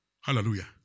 Hallelujah